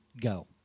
go